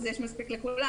אז יש מספיק לכולם,